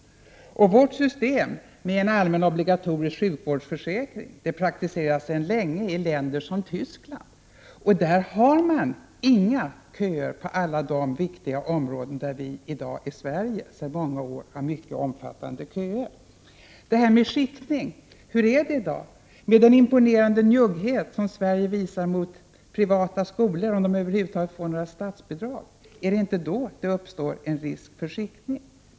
Vårt system med en allmän obligatorisk sjukvårdsförsäkring praktiseras sedan länge bl.a. i Tyskland, och där finns inga köer på alla de viktiga områden där vi i Sverige har mycket omfattande köer. Så några ord om detta med skiktning. Hur är det i dag, med den imponerande njugghet som i Sverige visas mot privata skolor, om de över huvud taget får några statsbidrag? Är det inte då det uppstår en risk för skiktning?